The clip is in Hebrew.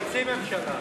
חצי ממשלה.